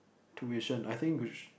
tuition I think which